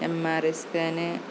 M R I scan